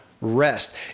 rest